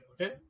Okay